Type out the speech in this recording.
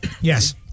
Yes